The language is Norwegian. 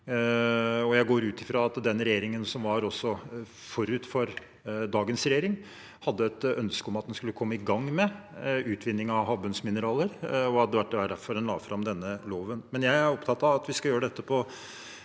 Jeg går ut fra at også den regjeringen som var forut for dagens regjering, hadde et ønske om at en skulle komme i gang med utvinning av havbunnsmineraler, og at det var derfor en la fram denne loven.